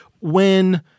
when-